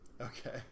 Okay